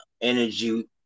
energy